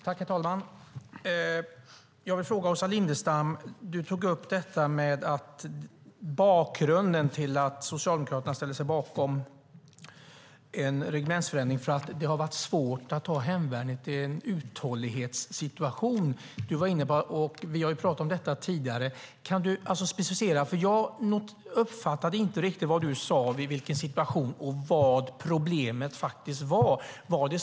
Herr talman! Jag har en fråga till Åsa Lindestam. Hon säger att bakgrunden till att Socialdemokraterna ställer sig bakom en reglementsförändring är att det har varit svårt att ha hemvärnet i en uthållighetssituation. Vi har ju pratat om detta tidigare. Kan Åsa Lindestam specificera, för jag uppfattade inte riktigt vad hon sade. Vad var problemet och i vilken situation?